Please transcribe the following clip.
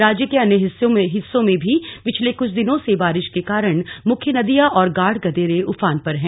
राज्य के अन्य हिस्सों में भी पिछले कुछ दिनों से बारिश के कारण मुख्य नदियां और गाढ़ गदेरे उफान पर हैं